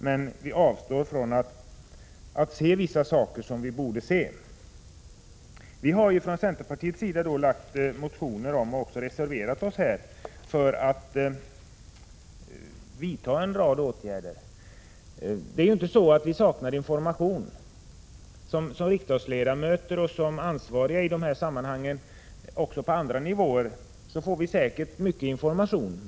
Men vi avstår från att se vissa saker som vi borde se. Vi har från centerpartiets sida väckt motioner om och även reserverat oss för att man skall vidta en rad åtgärder. Som riksdagsledamöter och som ansvariga även på andra nivåer för dessa frågor får vi mycket information.